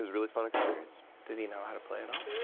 really fun experience. did he know how to play at all.